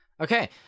Okay